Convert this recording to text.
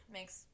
makes